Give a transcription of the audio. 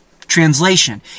Translation